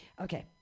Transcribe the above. Okay